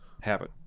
happen